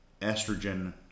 estrogen